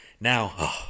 now